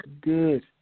good